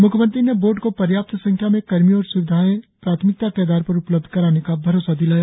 म्ख्यमंत्री ने बोर्ड को पर्याप्त संख्या में कर्मियों और स्विधाएं प्राथमिकता के आधार पर उपलब्ध कराने का भरोसा दिलाया